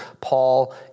Paul